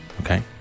Okay